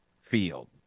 Field